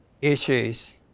issues